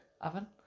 oven